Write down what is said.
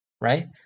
right